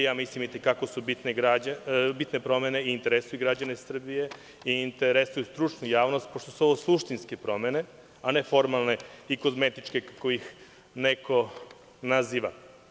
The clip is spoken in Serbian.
Mislim da su i te kako bitne promene i interesuju građane Srbije i interesuju stručnu javnost, pošto su ovo suštinske promene, a ne formalne i kozmetičke, kako ih neko naziva.